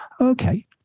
Okay